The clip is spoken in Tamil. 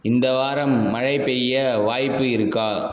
இந்த வாரம் மழை பெய்ய வாய்ப்பு இருக்கா